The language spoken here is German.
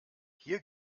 hier